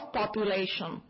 population